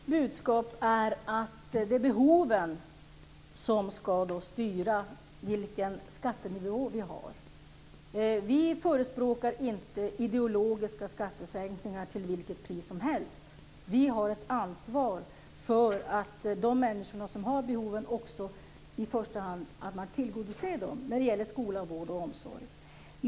Fru talman! Mitt budskap är att det är behoven som ska styra vilken skattenivå vi har. Vi förespråkar inte ideologiska skattesänkningar till vilket pris som helst. Vi har ett ansvar för att man i första hand tillgodoser de behov som människor har av skola, vård och omsorg.